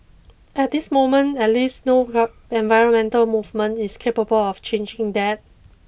at this moment at least no environmental movement is capable of changing that